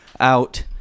out